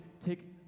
take